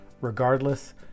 regardless